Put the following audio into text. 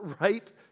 right